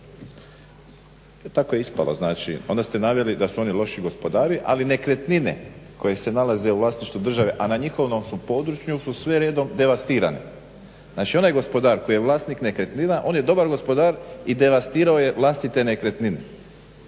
tako je ispalo znači. Onda ste naveli da su oni loši gospodari ali nekretnine koje se nalaze u vlasništvu države a na njihovom su području su sve redom devastirane. Znači onaj gospodar koji je vlasnik nekretnina on je dobar gospodar i devastirao je vlastite nekretnine.